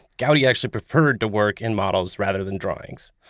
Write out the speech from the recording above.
gaudi actually preferred to work in models rather than drawings.